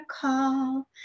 call